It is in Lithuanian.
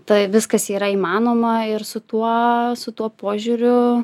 tai viskas yra įmanoma ir su tuo su tuo požiūriu